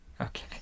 Okay